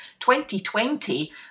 2020